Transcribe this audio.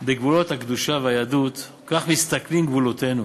בגבולות הקדושה והיהדות כך מסתכנים גבולותינו,